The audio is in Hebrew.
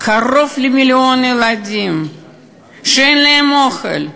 קרוב למיליון ילדים שאין להם אוכל,